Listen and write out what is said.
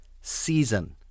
season